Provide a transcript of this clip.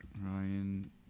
Ryan